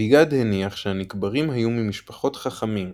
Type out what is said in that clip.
אביגד הניח שהנקברים היו ממשפחות חכמים,